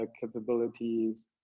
capabilities